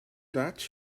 that